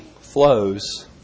flows